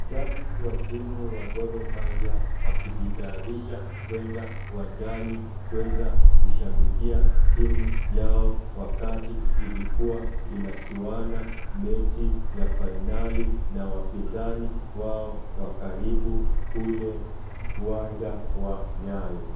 Shabiki wa timu ya Gor Mahia wakijitayarisha kwenda uwanjani kuweza kushabikia timu yao wakati ilikuwa inachuana mechi ya fainali na wapinzani wao wa karibu kule uwanja wa Nyayo.